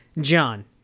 John